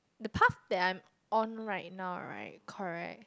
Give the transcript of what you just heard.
the path that I'm on right now right correct